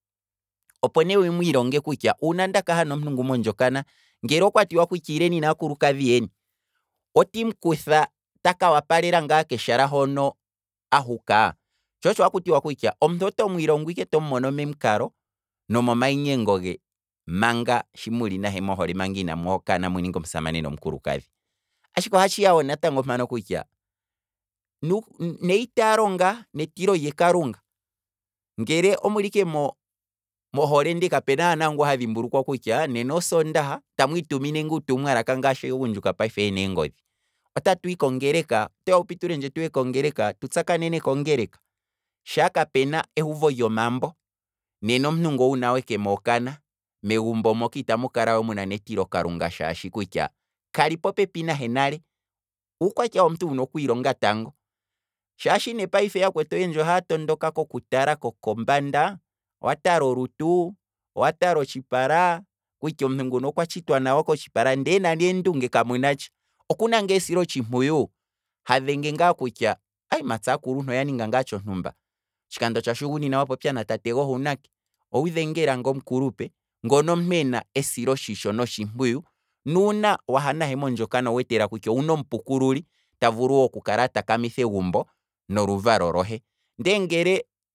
Opo ne wu mwiilonge kutya, uuna nda kaha nomuntu nguka mondjokana, ngele okwati wa ileni naakulukadhi yeni, otandi m'kutha ta koopalela ngaa keshala hoka uuka, tsho otsho akuti wa kutya omuntu oto mwiilongo ike to mumono momikalo nomiinyengoge manga sho muli nahe mohole manga inamu hokana muninge omusamane nomukulukadhi, ashike oha tshiya wo natango mpano kutya nu- neyitaalo ngaa netilo lyakalunga, ngele omuli ike mo- mohole ndee kapena naangu ha dhimbulukwa kutya nena osoondaha, tamu itumine ngaa uutumwa laka ngaashi aagundjuka payife yena eengodhi, otatu hi kongeleka? Otoya wu pitulendje tuhe kongeleka? Tu tsakanene kongeleka, shaa kapuna euvo lyo mambo, nena omuntu ngu wuna weke mookana megumbo moka itamu kala muna netilo kalunga shaashi kutya, kali popepi nale, uukwatya womuntu wuna okwiilonga tango, shaashi yakwetu oyendji ohaa tondoka koku tala ko kombanda, owa tala olutu, owa tala otshipala, kutya omuntu nguno okwa tshitwa nawa kotshipala ndee nani eendunge kamunatsha, okuna ngaa esilo tshimpuyu, ha dhenge ngaa ngeno kutya matsa aakuluntu oya ninga ngaa tsho ntumba, otshikando tsha shugunina wa popya na tate gohe uunake? Owu dhengela ngaa omukulupe, ngono omuntu ena esilo tshi sho notshi mpuyu nuuna waha nahe mondjokana owu wete lela kutya owuna omupukululi ta vulu wo oku kala ata kamitha egumbo, noluvalo lohe, ndee ngele